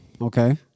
Okay